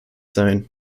sein